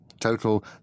Total